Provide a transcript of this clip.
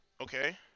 Okay